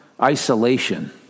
isolation